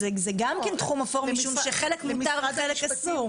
גם זה תחום אפור משום שחלק מותר וחלק אסור.